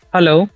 Hello